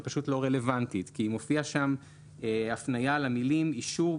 היא פשוט לא רלוונטית כי מופיעה שם הפניה למלים "אישור,